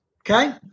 okay